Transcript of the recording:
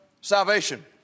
salvation